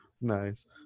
Nice